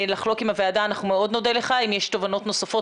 לכן שלב ראשון צריך לזהות,